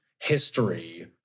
history